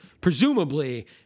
presumably